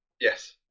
yes